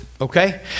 okay